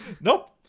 Nope